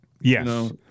Yes